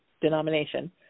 Denomination